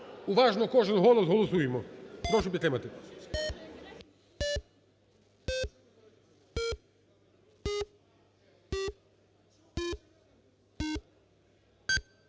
уважно кожен голос голосуємо, прошу підтримати.